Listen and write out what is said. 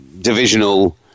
divisional